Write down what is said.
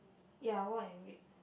ya white and red